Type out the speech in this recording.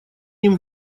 ним